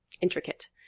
intricate